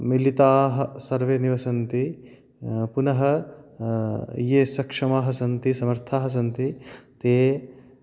मिलिताः सर्वे निवसन्ति पुनः ये सक्षमाः सन्ति समर्थाः सन्ति ते